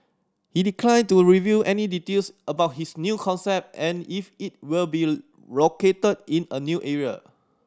he declined to reveal any details about his new concept and if it will be located in a new area